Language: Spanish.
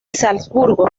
salzburgo